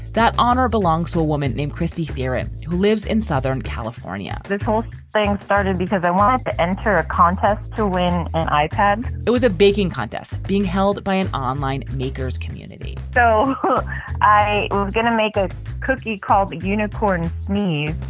that honor belongs to a woman named christy fearon, who lives in southern california but this whole thing started because i want to enter a contest to win an ipod it was a baking contest being held by an online meeker's community so i got to make a cookie called the unicorn me.